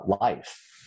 life